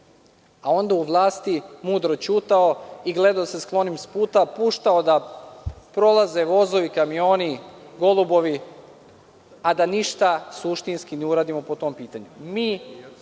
a onda u vlasti mudro ćutao i gledao da se skloni sa puta, puštao da prolaze vozovi, kamioni, golubovi, a da ništa suštinski ne uradimo po tom pitanju.